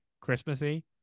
Christmassy